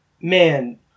man